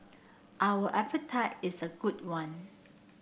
our appetite is a good one